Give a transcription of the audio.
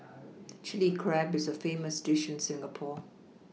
Chilli Crab is a famous dish in Singapore